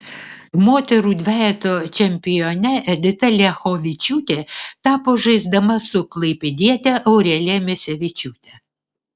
moterų dvejeto čempione edita liachovičiūtė tapo žaisdama su klaipėdiete aurelija misevičiūte